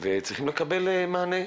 צריכים לקבל מענה.